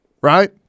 right